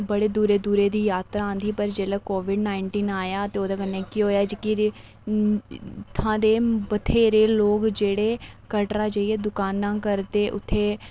ते उत्थें बड़े दूरै दूरै दी जात्तरा औंदी ही पर जेल्लै कोविड नाइनटीन आया ते ओह्दे कन्नै केह् होया की इत्थां दे बत्हेरे लोक जेह्ड़े कटरा जाइयै दुकानां करदे उत्थें